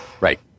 Right